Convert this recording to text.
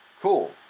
cool